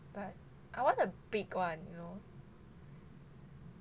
but I want a big one you know